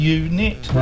unit